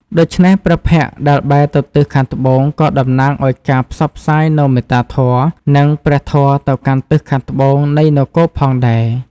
ដូច្នេះ ព្រះភ័ក្ត្រដែលបែរទៅទិសខាងត្បូងក៏តំណាងឱ្យការផ្សព្វផ្សាយនូវមេត្តាធម៌ និងព្រះធម៌ទៅកាន់ទិសខាងត្បូងនៃនគរផងដែរ។